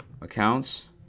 accounts